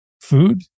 food